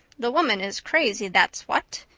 the woman is crazy, that's what.